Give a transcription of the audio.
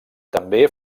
també